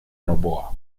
noboa